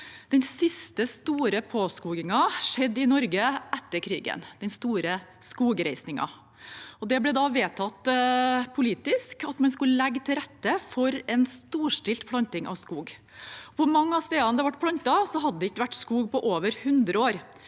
Den siste store påskogingen skjedde i Norge etter krigen – den store skogreisingen. Det ble da politisk vedtatt at man skulle legge til rette for en storstilt planting av skog. På mange av stedene det ble plantet, hadde det ikke vært skog på over 100 år,